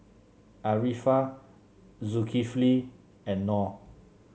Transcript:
Arifa Zulkifli and Nor